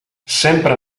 sempre